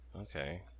Okay